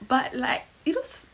but like you knows